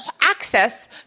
access